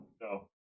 no